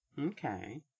Okay